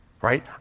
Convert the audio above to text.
Right